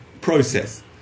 process